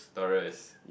Taurus